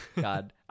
God